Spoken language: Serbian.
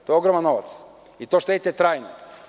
To je ogroman novac i to štedite trajno.